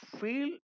feel